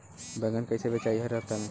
बैगन कईसे बेचाई हर हफ्ता में?